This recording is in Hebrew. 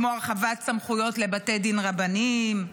כמו הרחבת סמכויות לבתי דין רבניים,